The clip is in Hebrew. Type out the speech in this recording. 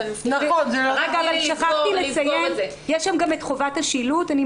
שכחתי לציין שיש גם את חובת השילוט.